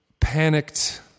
Panicked